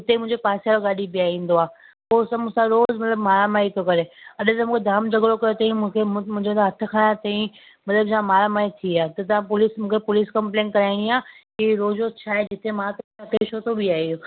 उते मुंहिंजे पासे वारो गाॾी बिहाईंदो आहे पोइ त रोज़ु मूंसां मारामारी थो करे अॼु त मूंखे जामु झगड़ो कयो अथईं मूंखे मुंहिंजे तव्हां हथु खयां तईं मतिलबु जाम मारामारी थी आहे त तव्हां पुलिस मूंखे पुलिस कंप्लेन कराइणी आहे की रोज़ु रोज़ु छाए जिते मां बीहायां थी उते हो छो थो बीहाए